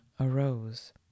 arose